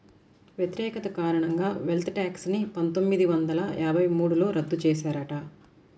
వ్యతిరేకత కారణంగా wealth tax ని పందొమ్మిది వందల యాభై మూడులో రద్దు చేశారట